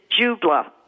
jubla